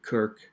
Kirk